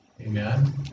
Amen